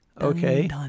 Okay